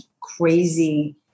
crazy